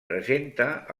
presenta